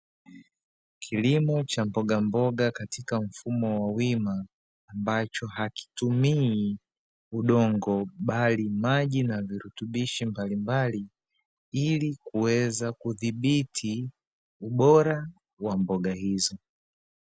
Kilimo cha mbogamboga katika mfumo wa wima, ambacho hakitumii udongo bali maji na virutubishi mbalimbali ili kuweza kudhibiti ubora wa mboga hizo.